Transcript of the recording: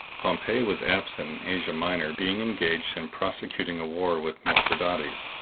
pompey was absent in asia minor, being engaged in prosecuting a war with mithradates,